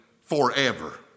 forever